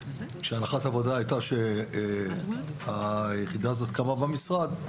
הנחת העבודה הייתה שהיחידה הזאת קמה במשרד,